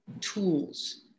tools